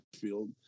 field